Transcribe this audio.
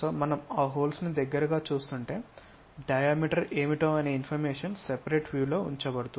మనం ఆ హోల్స్ ను దగ్గరగా చూస్తుంటే డయామీటర్ ఏమిటో అనే ఇన్ఫర్మేషన్ సెపరేట్ వ్యూ లో ఉంచబడుతుంది